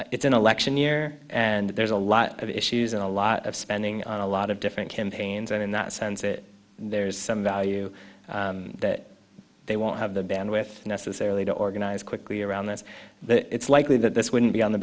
but it's an election year and there's a lot of issues and a lot of spending on a lot of different campaigns and in that sense that there is some value that they won't have the band with necessarily to organize quickly around this that it's likely that this wouldn't be on the